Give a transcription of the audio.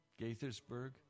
Gaithersburg